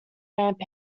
ramp